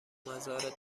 مزارت